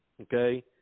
Okay